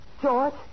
George